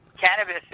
Cannabis